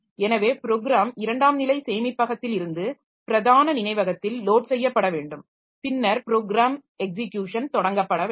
எனவே ப்ரோக்ராம் இரண்டாம் நிலை சேமிப்பகத்திலிருந்து பிரதான நினைவகத்தில் லோட் செய்யப்பட வேண்டும் பின்னர் ப்ரோக்ராம் எக்ஸிக்யுஷன் தொடங்கப்பட வேண்டும்